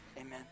Amen